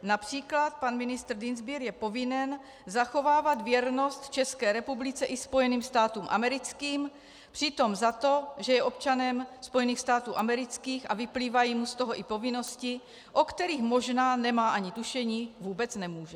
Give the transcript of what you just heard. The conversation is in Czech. Například pan ministr Dienstbier je povinen zachovávat věrnost České republice i Spojeným státům americkým, přitom za to, že je občanem Spojených států amerických a vyplývají mu z toho i povinnosti, o kterých možná nemá ani tušení, vůbec nemůže.